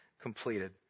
completed